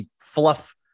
fluff